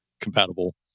compatible